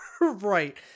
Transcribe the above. right